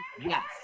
yes